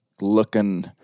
looking